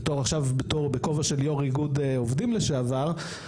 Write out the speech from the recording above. בכובע של יו"ר איגוד עובדים לשעבר,